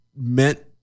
meant